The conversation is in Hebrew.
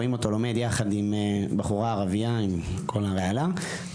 רואים אותו לומד יחד עם בחורה ערבייה עם כל הרעלה.